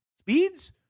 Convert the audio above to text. Speeds